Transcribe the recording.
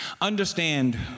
Understand